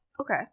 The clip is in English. Okay